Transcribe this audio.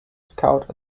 scout